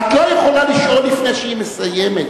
את לא יכולה לשאול לפני שהיא מסיימת.